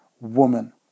woman